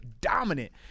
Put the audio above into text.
dominant